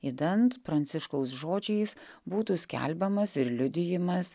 idant pranciškaus žodžiais būtų skelbiamas ir liudijimas